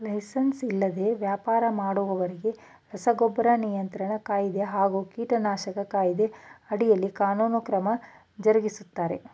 licence ಇಲ್ದೆ ವ್ಯಾಪರ ಮಾಡೋರಿಗೆ ರಸಗೊಬ್ಬರ ನಿಯಂತ್ರಣ ಕಾಯ್ದೆ ಹಾಗೂ ಕೀಟನಾಶಕ ಕಾಯ್ದೆ ಅಡಿಯಲ್ಲಿ ಕಾನೂನು ಕ್ರಮ ಜರುಗಿಸ್ತಾರೆ